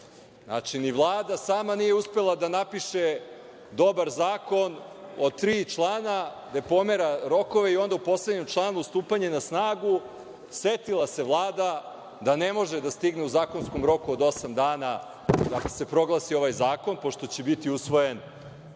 Znači, ni Vlada sama nije uspela da napiše dobar zakon od tri člana, gde pomera rokove u onda u poslednjem članu – stupanje na snagu, setila se Vlada da ne može da stigne u zakonskom roku od osam dana da se proglasi ovaj zakon, pošto će biti usvojen